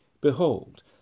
Behold